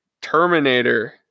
Terminator